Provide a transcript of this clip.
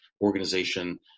organization